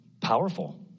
Powerful